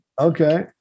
Okay